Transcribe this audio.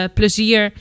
plezier